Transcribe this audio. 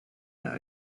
their